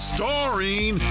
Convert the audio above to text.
Starring